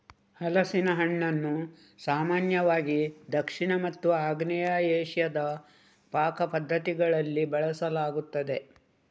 ಹಲಸಿನ ಹಣ್ಣನ್ನು ಸಾಮಾನ್ಯವಾಗಿ ದಕ್ಷಿಣ ಮತ್ತು ಆಗ್ನೇಯ ಏಷ್ಯಾದ ಪಾಕ ಪದ್ಧತಿಗಳಲ್ಲಿ ಬಳಸಲಾಗುತ್ತದೆ